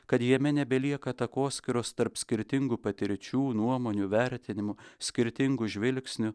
kad jame nebelieka takoskyros tarp skirtingų patirčių nuomonių vertinimų skirtingu žvilgsniu